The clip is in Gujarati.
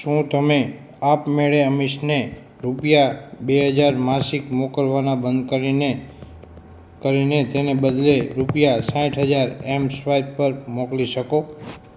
શું તમે આપમેળે અમીશને રૂપિયા બે હજાર માસિક મોકલવાનાં બંધ કરીને કરીને તેને બદલે રૂપિયા સાઠ હજાર ઍમ સ્વાઈપ પર મોકલી શકો